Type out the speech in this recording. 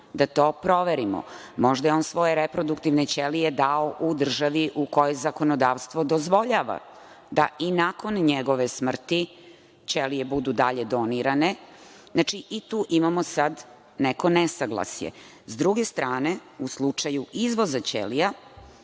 da to proverimo. Možda je on svoje reproduktivne ćelije dao u državi u kojoj zakonodavstvo dozvoljava da i nakon njegove smrti ćelije budu dalje donirane. Znači, i tu imamo sad nego nesaglasje.S druge strane, u slučaju izvoza ćelija,